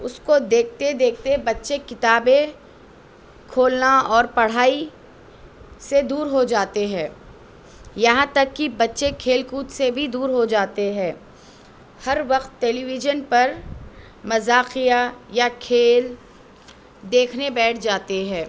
اس کو دیکھتے دیکتھے بچّے کتابیں کھولنا اور پڑھائی سے دور ہو جاتے ہے یہاں تک کہ بچّے کھیل کود سے بھی دور ہو جاتے ہے ہر وقت ٹیلی ویژن پر مذاقیہ یا کھیل دیکھنے بیٹھ جاتے ہے